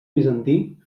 bizantí